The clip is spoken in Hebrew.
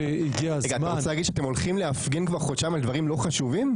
אתה רוצה להגיד שאתם הולכים להפגין כבר חודשיים על דברים לא חשובים?